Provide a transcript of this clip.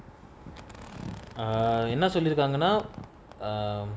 uh it's not only about going out um